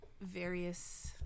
various